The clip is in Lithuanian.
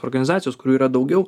organizacijos kurių yra daugiau